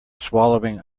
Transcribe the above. swallowing